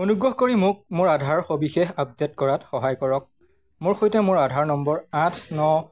অনুগ্ৰহ কৰি মোক মোৰ আধাৰৰ সবিশেষ আপডে'ট কৰাত সহায় কৰক মোৰ সৈতে মোৰ আধাৰ নম্বৰ আঠ ন